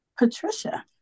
Patricia